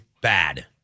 bad